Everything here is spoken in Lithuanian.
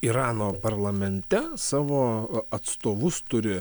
irano parlamente savo atstovus turi